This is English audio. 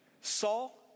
Saul